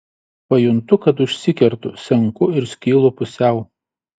pajuntu kad užsikertu senku ir skylu pusiau